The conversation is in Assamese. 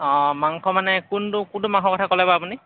অঁ মাংস মানে কোনটো কোনটো মাংসৰ কথা ক'লে বা আপুনি